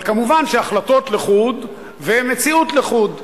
אבל, כמובן, החלטות לחוד ומציאות לחוד.